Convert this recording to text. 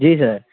जी sir